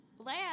Leia